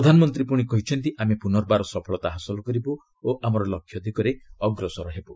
ପ୍ରଧାନମନ୍ତ୍ରୀ ପୁଶି କହିଛନ୍ତି ଆମେ ପୂର୍ନବାର ସଫଳତା ହାସଲ କରିବୂ ଓ ଆମର ଲକ୍ଷ୍ୟ ଦିଗରେ ଅଗ୍ରସର ହେବୁ